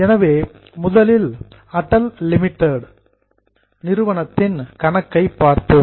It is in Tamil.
எனவே முதலில் அடல் லிமிடெட் நிறுவனத்தின் கணக்கை பார்ப்போம்